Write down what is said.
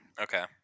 Okay